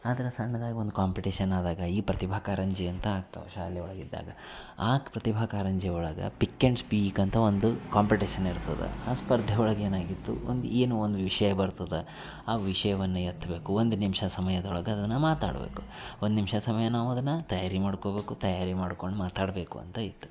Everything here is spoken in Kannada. ಆದ್ರೆ ಸಣ್ಣದಾಗ ಒಂದು ಕಾಂಪಿಟೇಶನ್ ಆದಾಗ ಈ ಪ್ರತಿಭಾ ಕಾರಂಜಿ ಅಂತ ಆಗ್ತವೆ ಶಾಲೆ ಒಳಗಿದ್ದಾಗ ಆ ಪ್ರತಿಭಾ ಕಾರಂಜಿ ಒಳಗೆ ಪಿಕ್ ಆ್ಯಂಡ್ ಸ್ಪೀಕ್ ಅಂತ ಒಂದು ಕಾಂಪಿಟೇಶನ್ ಇರ್ತದೆ ಆ ಸ್ಪರ್ಧೆ ಒಳಗೆ ಏನಾಗಿತ್ತು ಒಂದು ಏನೋ ಒಂದು ವಿಷಯ ಬರ್ತದೆ ಆ ವಿಷಯವನ್ನು ಎತ್ತಬೇಕು ಒಂದು ನಿಮಿಷ ಸಮಯದೊಳಗೆ ಅದನ್ನು ಮಾತಾಡಬೇಕು ಒಂದು ನಿಮಿಷ ಸಮಯ ನಾವು ಅದನ್ನು ತಯಾರಿ ಮಾಡ್ಕೊಬೇಕು ತಯಾರಿ ಮಾಡ್ಕೊಂಡು ಮಾತಾಡಬೇಕು ಅಂತ ಇತ್ತು